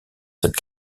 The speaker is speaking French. cette